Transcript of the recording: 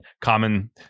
common